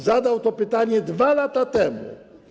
Zadał to pytanie 2 lata temu.